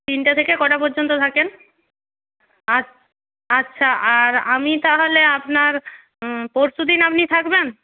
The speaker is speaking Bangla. তিনটে থেকে কটা পর্যন্ত থাকেন আচ্ছা আর আমি তাহলে আপনার পরশু দিন আপনি থাকবেন